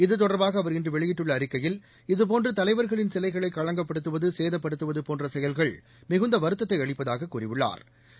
இது தொடர்பாக அவர் இன்று வெளியிட்டுள்ள அறிக்கையில் இது போன்று தலைவர்களின் சிலைகளை களங்கப்படுத்துவது சேதப்படுத்துவது போன்ற செயல்கள் மிகுந்த வருத்தத்தை அளிப்பதாகக் கூறியுள்ளாா்